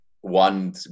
one